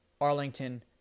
Arlington